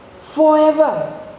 Forever